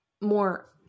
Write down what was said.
more